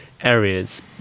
areas